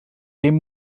dim